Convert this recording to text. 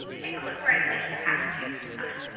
take a look where i placed the hashtags this time.